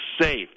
safe